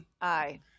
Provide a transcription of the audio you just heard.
aye